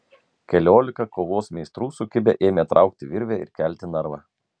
keliolika kovos meistrų sukibę ėmė traukti virvę ir kelti narvą